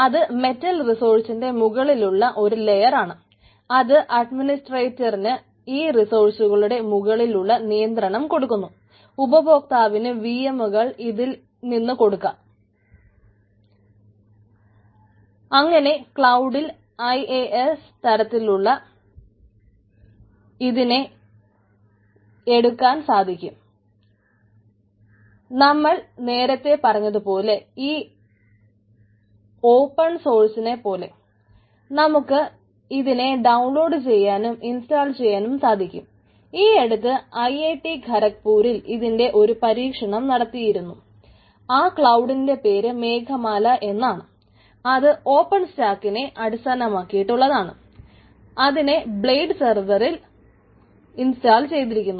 അത് മെറ്റൽ റിസോഴ്സിന്റെ ഇൻസ്റ്റാൾ ചെയ്തിരിക്കുന്നു